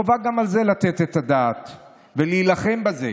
חובה גם על זה לתת את הדעת ולהילחם בזה,